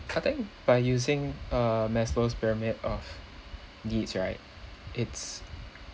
I think by using uh maslow's pyramid of needs right it's